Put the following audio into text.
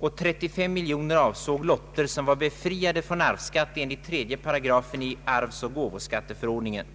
och 35 miljoner avsåg lotter som var befriade från arvsskatt enligt 3 § i arvsoch gåvoskatteförordningen.